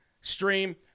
stream